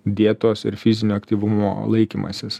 dietos ir fizinio aktyvumo laikymasis